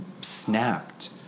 snapped